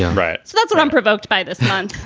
yeah right. so that's what i'm provoked by this month.